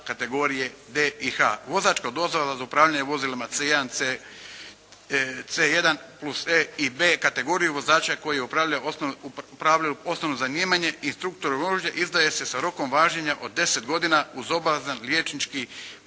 kategorije D i H. Vozačka dozvola za upravljanje vozilima C1, C, C1+E i B kategoriju vozača kojima je upravljanje osnovno zanimanje instruktoru vožnje izdaje se sa rokom važenja od deset godina uz obavezan liječnički